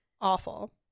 Awful